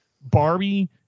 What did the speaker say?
Barbie